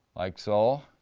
like so.